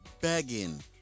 begging